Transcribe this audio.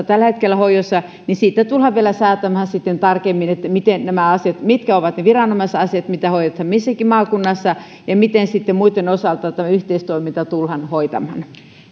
tällä hetkellä hoidossa kolmessa maakunnassa niin siitä tullaan vielä säätämään sitten tarkemmin mitkä ovat ne viranomaisasiat mitä hoidetaan missäkin maakunnassa ja miten sitten muitten osalta tämä yhteistoiminta tullaan hoitamaan